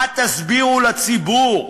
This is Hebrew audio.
מה תסבירו לציבור?